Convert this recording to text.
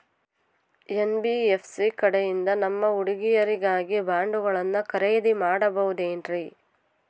NBFC ಕಡೆಯಿಂದ ನಮ್ಮ ಹುಡುಗರಿಗಾಗಿ ಬಾಂಡುಗಳನ್ನ ಖರೇದಿ ಮಾಡಬಹುದೇನ್ರಿ?